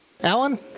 Alan